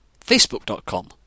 facebook.com